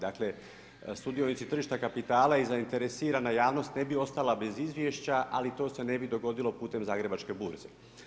Dakle, sudionici tržišta kapitala i zainteresirana javnost ne bi ostala bez izvješća, ali to se ne bi dogodilo putem Zagrebačke burze.